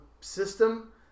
system